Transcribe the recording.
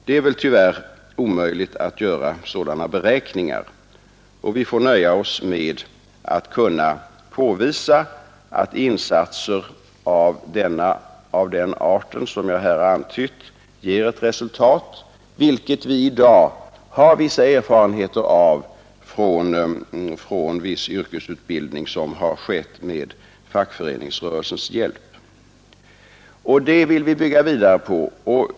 Det är tyvärr omöjligt att göra sådana beräkningar, och vi får nöja oss med att påvisa att insatser av den art som jag här antytt ger resultat, vilket vi i dag har erfarenheter av från viss yrkesutbildning som skett med fackföreningsrörelsens hjälp. Det vill vi bygga vidare på.